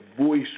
voice